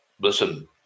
listen